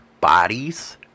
bodies